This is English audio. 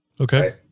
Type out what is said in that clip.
Okay